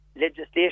legislation